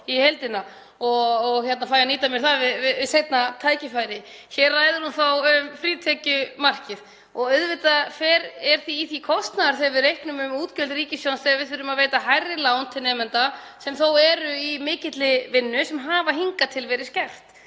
í heildina og fæ að nýta mér það við seinna tækifæri. Hér ræðir hún þó um frítekjumarkið og auðvitað er í því kostnaðar þegar við reiknum út útgjöld ríkissjóðs þegar við þurfum að veita hærri lán til nemenda sem þó eru í mikilli vinnu sem hafa hingað til verið skert.